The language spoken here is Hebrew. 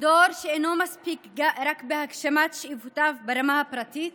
שאינו מסתפק רק בהגשמת שאיפותיו ברמה הפרטית